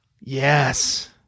Yes